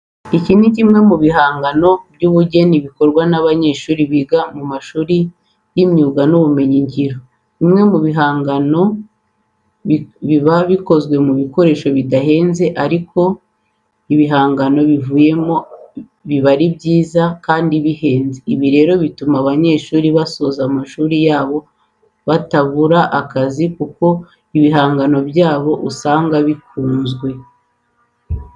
Iki ni kimwe mu bihangano by'ubugeni bikorwa n'abanyeshuri biga mu mashuri y'imyuga n'ibumenyingiro. Bimwe muri ibyo bihangano biba bikozwe mu bikoresho bidahenze ariko ibihangano bivuyemo byo biba ari byiza kandi bihenze. Ibi rero bituma aba banyeshuri basoza amashuri yabo batabura akazi kuko ibihangano byabo usanga bikundwa.